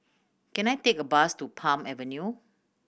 can I take a bus to Palm Avenue